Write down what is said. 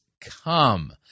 come